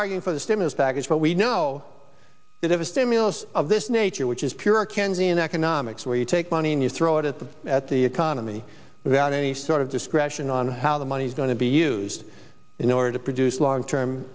arguing for the stimulus package but we know that if a stimulus of this nature which is pure candy and economics where you take money and you throw it at the at the economy without any sort of discretion on how the money's going to be used in order to produce long term